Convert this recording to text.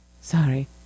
Sorry